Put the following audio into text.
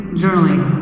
journaling